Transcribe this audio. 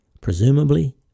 presumably